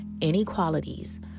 inequalities